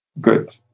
Good